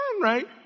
right